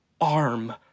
arm